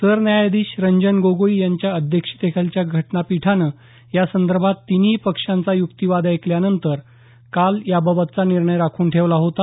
सरन्यायाधीश रंजन गोगोई यांच्या अध्यक्षतेखालच्या घटनापीठानं या संदर्भात तिन्ही पक्षांचा युक्तिवाद ऐकल्यावर काल याबाबतचा निर्णय राखून ठेवला होता